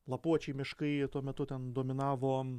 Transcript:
lapuočiai miškai tuo metu ten dominavo